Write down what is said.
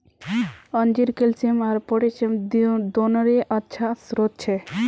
अंजीर कैल्शियम आर पोटेशियम दोनोंरे अच्छा स्रोत छे